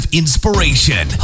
inspiration